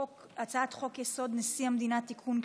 הצעת חוק-יסוד: נשיא המדינה (תיקון,